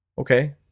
Okay